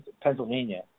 Pennsylvania